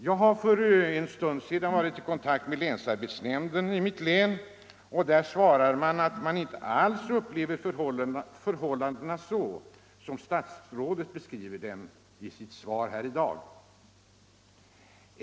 Jag har för en stund sedan varit i kontakt med länsarbetsnämnden i mitt hemlän, och där svarar man att man inte alls upplever förhållandena så som statsrådet beskriver dem i sitt svar här i dag.